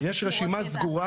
יש רשימה סגורה